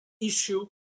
issue